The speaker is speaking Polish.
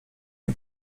nie